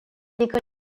école